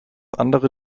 andere